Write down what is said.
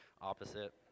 opposite